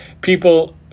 people